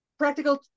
Practical